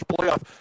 playoff